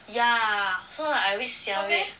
ya so like I a bit sian of it